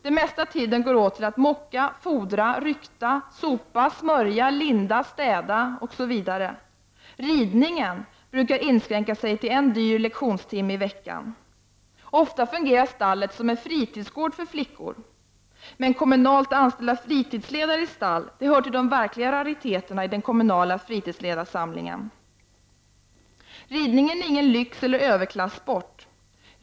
Den mesta tiden går åt till att mocka, fodra, rykta, sopa, smörja, linda, städa osv. Ridningen brukar inskränka sig till en dyr lektionstimme i veckan. Ofta fungerar stallet som en fritidsgård för flickor. Kommunalt anställda fritidsledare i stall hör dock till de verkliga rariteterna i den kommunala fritidsledarsamlingen. Ridning är ingen lyxeller överklassport.